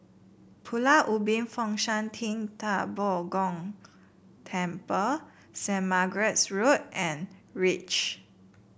Pulau Ubin Fo Shan Ting Da Bo Gong Temple Saint Margaret's Road and reach